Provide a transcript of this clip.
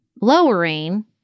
lowering